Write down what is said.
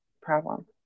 problem